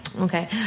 okay